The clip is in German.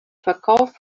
verkauf